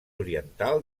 oriental